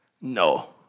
No